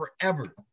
forever